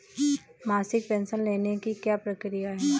मासिक पेंशन लेने की क्या प्रक्रिया है?